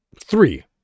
three